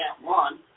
One